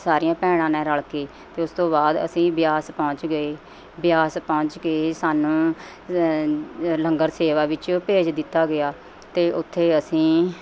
ਸਾਰੀਆਂ ਭੈਣਾਂ ਨੇ ਰਲ਼ ਕੇ ਅਤੇ ਉਸ ਤੋਂ ਬਾਅਦ ਅਸੀਂ ਬਿਆਸ ਪਹੁੰਚ ਗਏ ਬਿਆਸ ਪਹੁੰਚ ਕੇ ਸਾਨੂੰ ਲੰਗਰ ਸੇਵਾ ਵਿੱਚ ਭੇਜ ਦਿੱਤਾ ਗਿਆ ਅਤੇ ਉੱਥੇ ਅਸੀਂ